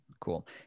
Cool